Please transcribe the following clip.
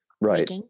Right